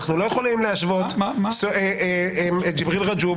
אנחנו לא יכולים להשוות את ג'יבריל רג'וב